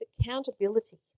accountability